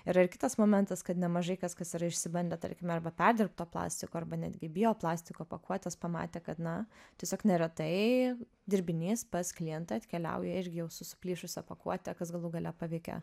yra ir kitas momentas kad nemažai kas kas yra išsibandę tarkime arba perdirbto plastiko arba netgi bio plastiko pakuotes pamatė kad na tiesiog neretai dirbinys pas klientą atkeliauja irgi jau su suplyšusia pakuote kas galų gale paveikia